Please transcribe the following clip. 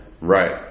Right